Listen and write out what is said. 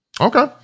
Okay